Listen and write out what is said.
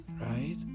Right